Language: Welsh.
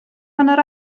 hanner